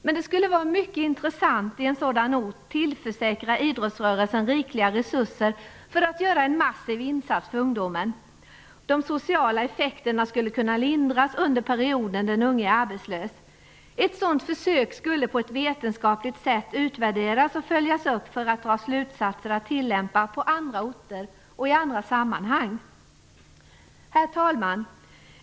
Men det skulle vara mycket intressant att på en sådan ort tillförsäkra idrottsrörelsen rikliga resurser för att göra en massiv insats för ungdomen. De sociala effekterna skulle kunna lindras under den period den unge är arbetslös. Ett sådant försök skulle på ett vetenskapligt sätt utvärderas och följas upp för att slutsatser skulle kunna dras som kan tillämpas på andra orter och i andra sammanhang. Herr talman!